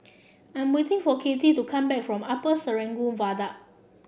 I'm waiting for Kattie to come back from Upper Serangoon Viaduct